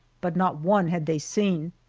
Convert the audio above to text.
but not one had they seen.